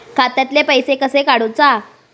खात्यातले पैसे कशे काडूचा?